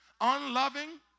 Unloving